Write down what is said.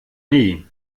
nie